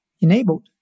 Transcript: enabled